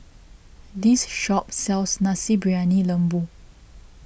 this shop sells Nasi Briyani Lembu